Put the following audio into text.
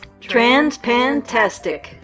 Transpantastic